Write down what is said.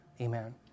amen